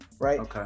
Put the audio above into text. Right